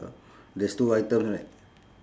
there's two items right